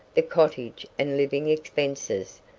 the cottage and living expenses,